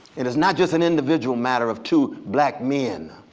and it's not just an individual matter of two black men.